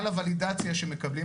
על הוולידציה שמקבלים,